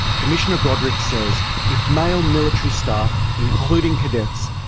commissioner broderick says if male military staff, including cadets,